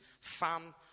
Fan